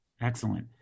Excellent